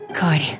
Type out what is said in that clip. Good